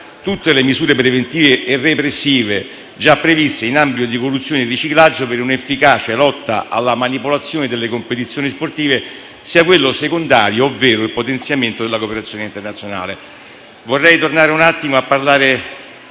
tutte le misure preventive e repressive già previste in ambito di corruzione e riciclaggio per un'efficace lotta alla manipolazione delle competizioni sportive, sia quello secondario, ovvero il potenziamento della cooperazione internazionale.